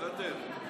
לא יותר.